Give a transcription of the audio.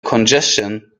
congestion